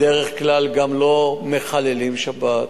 בדרך כלל גם לא מחללים שבת.